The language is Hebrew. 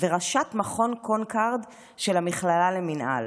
וראשת מכון קונקורד של המכללה למינהל.